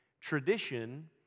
Tradition